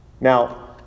Now